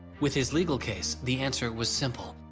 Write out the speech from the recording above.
with his legal case the answer was simple.